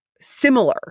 similar